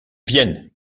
vienne